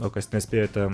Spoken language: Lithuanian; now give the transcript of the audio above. o kas nespėjote